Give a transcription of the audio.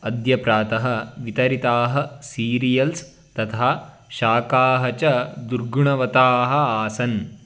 अद्य प्रातः वितरिताः सीरियल्स् तथा शाकाः च दुर्गुणवताः आसन्